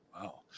wow